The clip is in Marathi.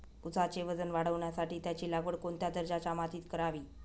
ऊसाचे वजन वाढवण्यासाठी त्याची लागवड कोणत्या दर्जाच्या मातीत करावी?